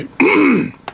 right